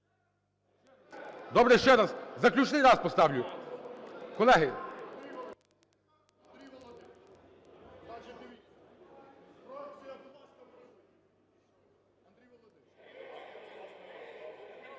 Добре, ще раз, заключний раз поставлю. Колеги…